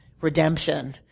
redemption